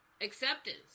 Acceptance